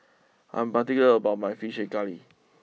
I'm particular about my Fish Head Curry